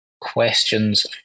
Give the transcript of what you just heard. questions